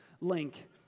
link